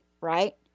right